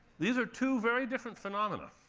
these are two very different phenomena.